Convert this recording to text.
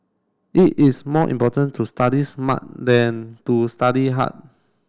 it is more important to study smart than to study hard